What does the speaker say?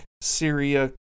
syria